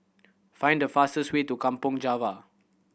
find the fastest way to Kampong Java